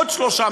עוד שלושה,